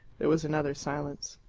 there was another silence.